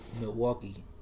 Milwaukee